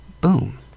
Boom